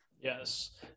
yes